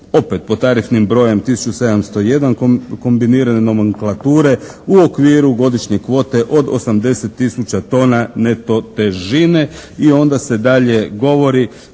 opet pod tarifnim brojem tisuću 701 kombinirane nomenklature u okviru godišnje kvote od 80 tisuća tona neto težine. I onda se dalje govori,